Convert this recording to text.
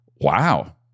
wow